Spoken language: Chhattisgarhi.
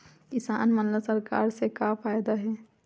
किसान मन ला सरकार से का फ़ायदा हे?